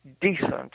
decent